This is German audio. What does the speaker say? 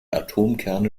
atomkerne